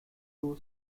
two